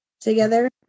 together